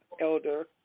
Elder